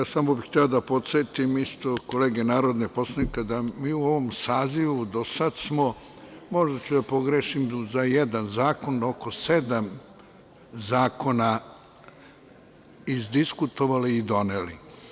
Samo bih hteo da podsetim kolege narodne poslanike da smo mi u ovom sazivu do sada, možda ću da pogrešim za jedan zakon, oko sedam zakona izdiskutovali i doneli.